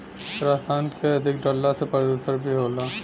रसायन के अधिक डलला से प्रदुषण भी होला